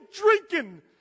drinking